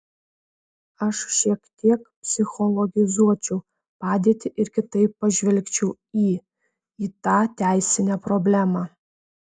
aš šiek tiek psichologizuočiau padėtį ir kitaip pažvelgčiau į į tą teisinę problemą